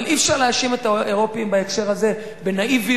אבל אי-אפשר להאשים את האירופים בהקשר הזה בנאיביות,